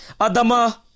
Adama